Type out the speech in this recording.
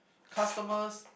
customers